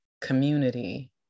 community